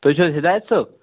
تُہۍ چھُو حظ حِدایَت صٲب